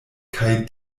kaj